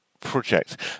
project